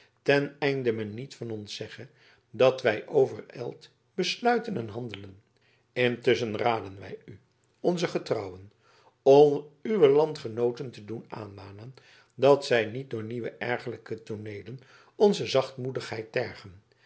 ten einde men niet van ons zegge dat wij overijld besluiten en handelen intusschen raden wij u onze getrouwen uwe landgenooten te doen aanmanen dat zij niet door nieuwe ergerlijke tooneelen onze zachtmoedigheid tergen